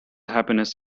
happiness